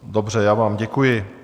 Dobře, já vám děkuji.